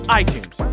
iTunes